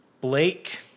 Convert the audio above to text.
Blake